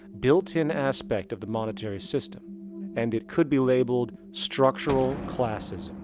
built-in aspect of the monetary system and it could be labeled structural classism.